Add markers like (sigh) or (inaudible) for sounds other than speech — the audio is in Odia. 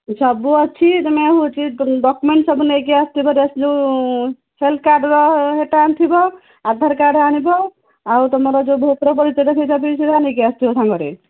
ସବୁ ଅଛି ତମେ ହେଉଛି ଡକ୍ୟୁମେଣ୍ଟ ସବୁ ନେଇକି ଆସିଥିବ (unintelligible) ହେଲଥ୍ କାର୍ଡ଼ର ହେଟା ଆଣିଥିବ ଆଧାର କାର୍ଡ଼ ଆଣିବ ଆଉ ତମର ଯୋଉ ଭୋଟର୍ ପରିଚୟଟା ସେଟା ବି ସୁଦା ନେଇକି ଆସିଥିବ ସାଙ୍ଗରେ